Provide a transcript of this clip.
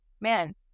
man